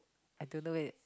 I don't do it